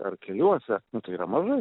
ar keliuose nu tai yra mažai